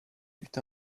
eut